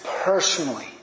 personally